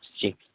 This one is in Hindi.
ठीक